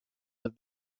have